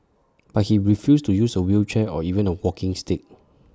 but he refused to use A wheelchair or even A walking stick